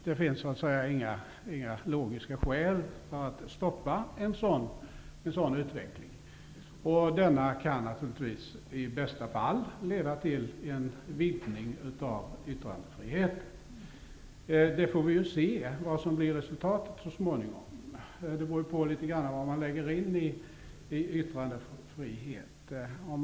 Det finns så att säga inga logiska skäl för att stoppa en sådan utveckling. Den kan naturligtvis i bästa fall leda till en vidgning av yttrandefriheten. Vi får se vad resultatet blir så småningom. Det beror på vad man lägger in i yttrandefriheten.